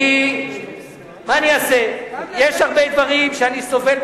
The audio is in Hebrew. אני, מה אני אעשה, גם לזה נתנגד.